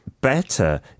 better